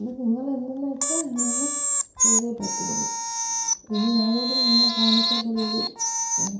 ഇതു നിങ്ങൾ എന്തെന്നു വെച്ചാൽ നിങ്ങൾ ചെയ്തേ പറ്റുകയുള്ളു ഇനി ആരോടും ഇങ്ങനെ കാണിക്കാത്ത രീതിയിൽ